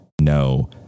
no